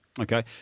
Okay